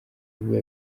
biba